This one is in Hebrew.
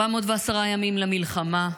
410 ימים למלחמה,